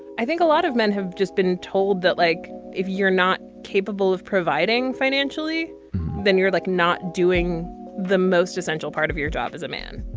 i think a lot of men have just been told that like if you're not capable of providing financially then you're like not doing the most essential part of your job as a man.